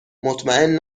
مطمئن